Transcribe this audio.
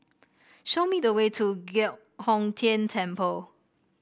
show me the way to Giok Hong Tian Temple